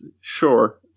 sure